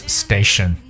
station